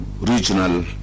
regional